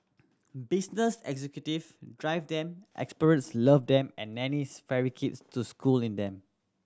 business executive drive them expatriates love them and nannies ferry kids to school in them